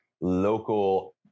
local